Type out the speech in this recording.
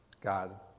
God